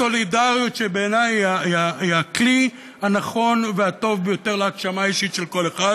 הסולידריות שבעיני היא הכלי הנכון והטוב ביותר להגשמה אישית של כל אחד,